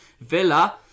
Villa